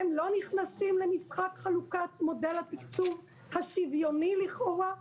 הם לא נכנסים למשחק חלוקת מודל התקצוב השוויוני לכאורה.